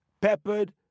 peppered